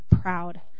proud